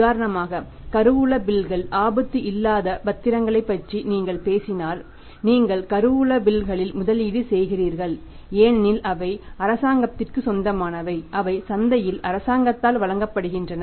உதாரணமாக கருவூல பில்கள் ஆபத்து இல்லாத பத்திரங்களைப் பற்றி நீங்கள் பேசினால் நீங்கள் கருவூல பில்களில் முதலீடு செய்கிறீர்கள் ஏனெனில் அவை அரசாங்கத்திற்கு சொந்தமானவை அவை சந்தையில் அரசாங்கத்தால் வழங்கப்படுகின்றன